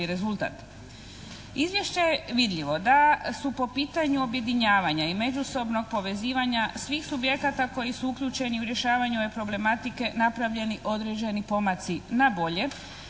Izvješće je vidljivo da su po pitanju objedinjavanja i međusobnog povezivanja svih subjekata koji su uključeni u rješavanju ove problematike napravljeni određeni pomaci na bolje,